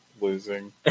losing